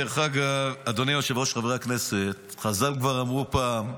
אדוני היושב-ראש, חברי הכנסת, חז"ל כבר אמרו פעם: